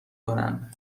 کنن